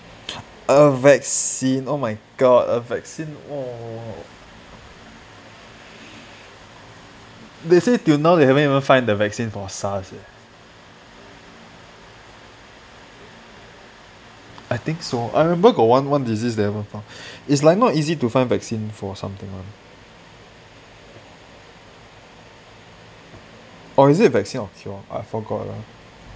a vaccine oh my god a vaccine they say till now they haven't even find the vaccine for SARS eh I think so I remember got one one disease they haven't found it's like not easy to find vaccine for something one or is it vaccine or cure I forgot leh